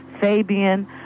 Fabian